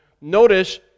Notice